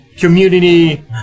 community